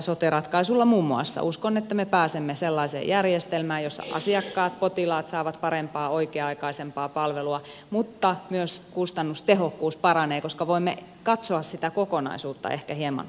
uskon että muun muassa tällä sote ratkaisulla me pääsemme sellaiseen järjestelmään jossa asiakkaat potilaat saavat parempaa oikea aikaisempaa palvelua mutta myös kustannustehokkuus paranee koska voimme katsoa sitä kokonaisuutta ehkä hieman paremmin